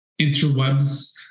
interwebs